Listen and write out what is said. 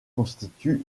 constituent